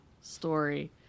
story